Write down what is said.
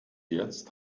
jetzt